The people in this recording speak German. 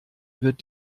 wird